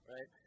Right